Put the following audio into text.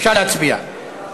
אפשר להצביע.